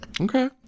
Okay